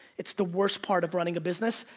it's the worst part of running a business.